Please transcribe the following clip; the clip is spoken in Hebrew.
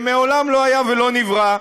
שמעולם לא היה ולא נברא.